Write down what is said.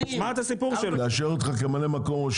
לאשר אותך כממלא מקום?